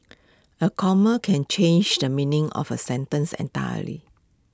A comma can change the meaning of A sentence entirely